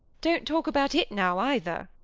dou't talk about it now, either.